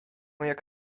jak